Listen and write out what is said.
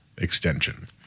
extension